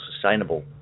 sustainable